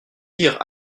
dire